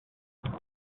areas